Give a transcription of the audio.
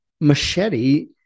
machete